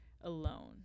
alone